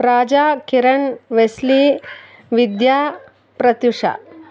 Raja Kiran Wesley Vidya Pratyusha